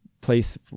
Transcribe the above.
place